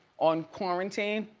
on quarantine?